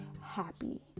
happy